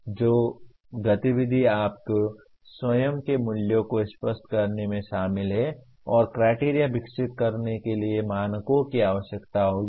तो गतिविधि आपके स्वयं के मूल्यों को स्पष्ट करने में शामिल है और क्राइटेरिया विकसित करने के लिए मानकों की आवश्यकता होगी